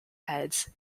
heads